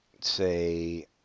say